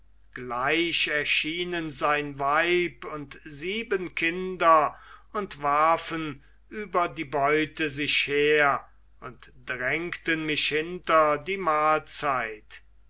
gleich erschienen sein weib und sieben kinder und warfen über die beute sich her und drängten mich hinter die mahlzeit